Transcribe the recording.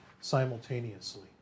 simultaneously